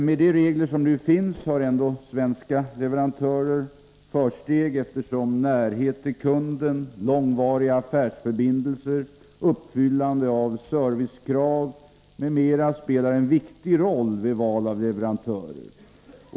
Med de regler som nu finns har ändå svenska leverantörer ett försteg, eftersom närhet till kunden, långvariga affärsförbindelser, uppfyllande av servicekrav m.m. spelar en viktig roll vid val av leverantör.